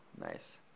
Nice